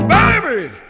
Baby